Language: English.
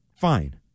fine